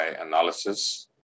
analysis